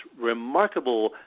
remarkable